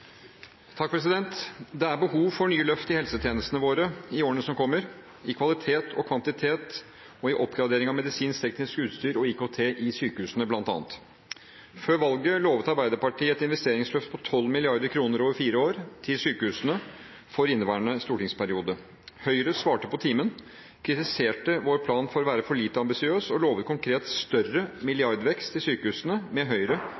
Det er behov for nye løft i helsetjenestene våre i årene som kommer, bl.a. når det gjelder kvalitet, kvantitet og oppgradering av medisinsk/teknisk utstyr og IKT i sykehusene. Før valget lovet Arbeiderpartiet et investeringsløft på 12 mrd. kr over fire år – for inneværende stortingsperiode – til sykehusene. Høyre svarte på timen, kritiserte vår plan for å være for lite ambisiøs og lovet konkret større milliardvekst til sykehusene med Høyre